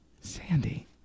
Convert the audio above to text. Sandy